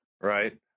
right